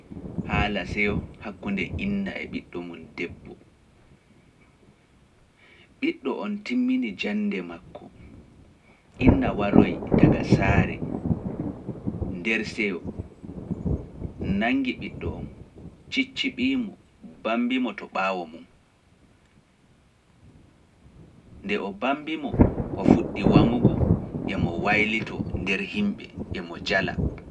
Haala seyo hakkunde inna e ɓiɗɗo mum debbo. Ɓiɗɗo on timmini jannde makko, inna waroyi daga saare nder seyo, nanngi ɓiɗɗo on, cicciɓi mo, bammbi mo to ɓaawo mum. Nde o bammbi mo ko fuɗɗi wamugo, emo waylito nder himɓe, emo jala.